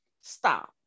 stop